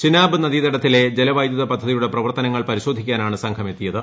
ചിനാബ് നദീതടത്തിലെ ജലവൈദ്യുത പദ്ധതിയുടെ പ്രവർത്തനങ്ങൾ പരിശോധിക്കാനാണ് സംഘം എത്തിയത്